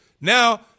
Now